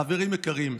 חברים יקרים,